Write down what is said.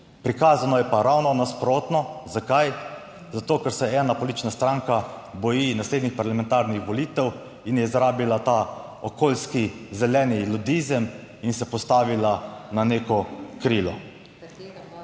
Prikazano je pa ravno nasprotno. Zakaj? Zato, ker se ena politična stranka boji naslednjih parlamentarnih volitev in je izrabila ta okoljski zeleni ludizem in se postavila na neko